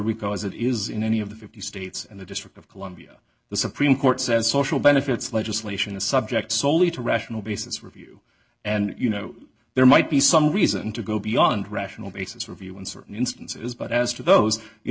rico as it is in any of the fifty states and the district of columbia the supreme court says social benefits legislation a subject soley to rational basis review and you know there might be some reason to go beyond rational basis review in certain instances but as to those you